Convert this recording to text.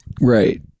right